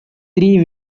three